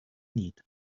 need